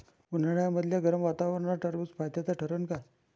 उन्हाळ्यामदल्या गरम वातावरनात टरबुज फायद्याचं ठरन का?